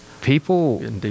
people